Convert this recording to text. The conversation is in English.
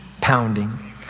pounding